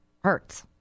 hurts